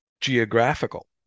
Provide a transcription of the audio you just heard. geographical